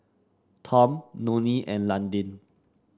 Tom Nonie and Londyn